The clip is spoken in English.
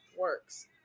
works